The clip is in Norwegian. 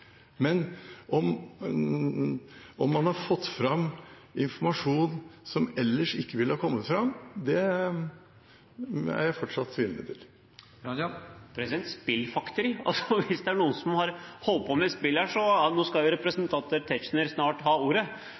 men om man har fått fram informasjon som ellers ikke ville ha kommet fram, er jeg fortsatt tvilende til. Hvis det er noen som har holdt på med spillfekteri her – ja, nå skal jo representanten Tetzschner snart ha ordet